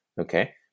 okay